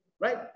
Right